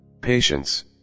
Patience